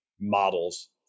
models